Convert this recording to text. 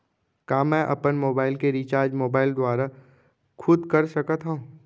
का मैं अपन मोबाइल के रिचार्ज मोबाइल दुवारा खुद कर सकत हव?